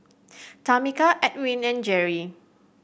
Tameka Edwin and Jeri